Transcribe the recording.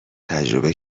تجربه